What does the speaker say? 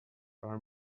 are